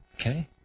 okay